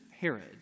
Herod